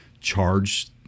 charge